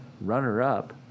runner-up